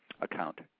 account